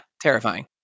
terrifying